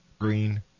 Green